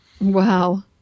Wow